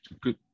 good